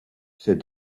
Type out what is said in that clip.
said